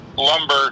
lumber